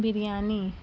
biryani